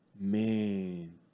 man